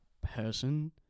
person